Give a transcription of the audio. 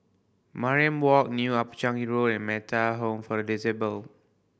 Mariam Walk New Upper Changi Road and Metta Home for the Disabled